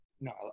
No